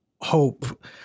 hope